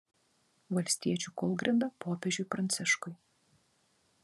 valstiečių kūlgrinda popiežiui pranciškui